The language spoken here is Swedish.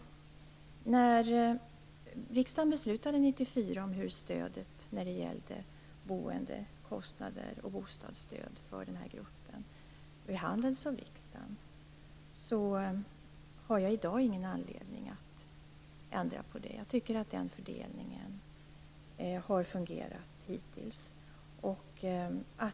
Riksdagen fattade år 1994 beslut om bostadsstödet för denna grupp, och jag har i dag ingen anledning att ändra på det. Jag tycker att fördelningen har fungerat hittills.